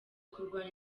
kurwana